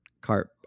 carp